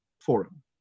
Forum